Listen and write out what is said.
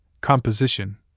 composition